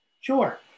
Sure